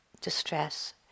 distress